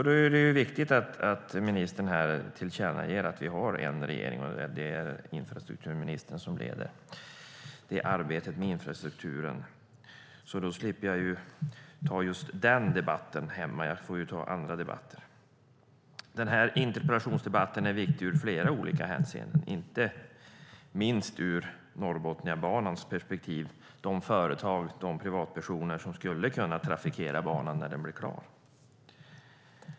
Då är det viktigt att ministern här tillkännager att det är infrastrukturministern som i regeringen leder arbetet med infrastrukturen. Då slipper jag ta just den debatten hemma. Jag får ta andra debatter. Denna interpellationsdebatt är viktig i flera hänseenden, inte minst ur Norrbotniabanans perspektiv när det gäller de företag och privatpersoner som skulle kunna trafikera banan när den blir klar.